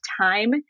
time